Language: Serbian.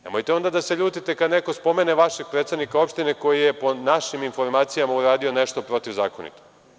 Nemojte onda da se ljutite kada neko spomene vašeg predsednika opštine koji je po našim informacijama uradio nešto protivzakonito.